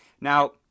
Now